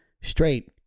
straight